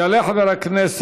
יעלה חבר הכנסת